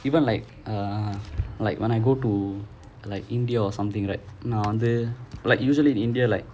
even like uh like when I go to like india or something right நான் வந்து:naan vanthu like usually in india like